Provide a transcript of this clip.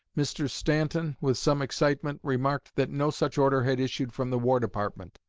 mr. stanton, with some excitement, remarked that no such order had issued from the war department.